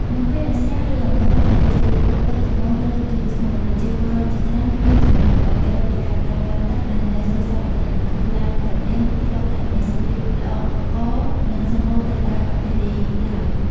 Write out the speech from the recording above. នៅពេលដែលស្រះ ឬអណ្ដូងដែលជាប្រភពទឹកចម្បងត្រូវរីងស្ងួត ប្រជាពលរដ្ឋជាច្រើនគ្មានជម្រើសអ្វីក្រៅពីការប្រើប្រាស់ទឹកដែលនៅសេសសល់បន្តិចបន្តួចតាមត្រពាំង ឬថ្លុកដែលមានសភាពល្អក់កករ និងសំបូរទៅដោយបាក់តេរីឡើយ។